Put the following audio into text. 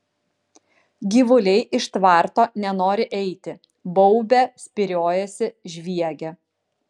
gyvuliai iš tvarto nenori eiti baubia spyriojasi žviegia